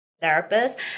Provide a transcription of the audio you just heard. therapist